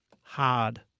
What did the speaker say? hard